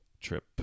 trip